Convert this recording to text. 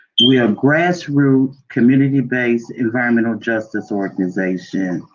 we have grassroots community based environmental justice organization.